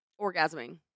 orgasming